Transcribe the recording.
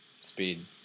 Speed